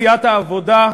סיעת העבודה,